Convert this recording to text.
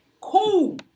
cool